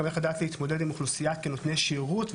איך לדעת להתמודד עם אוכלוסייה כנותני שירות,